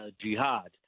jihad